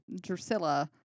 Drusilla